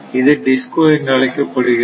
இது DISCO என்றழைக்கப்படுகிறது